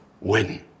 win